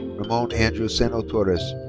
ramon andrew seno torres.